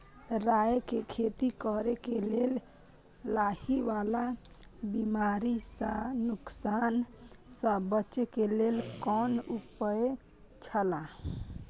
राय के खेती करे के लेल लाहि वाला बिमारी स नुकसान स बचे के लेल कोन उपाय छला?